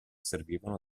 servivano